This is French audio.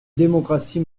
démocratie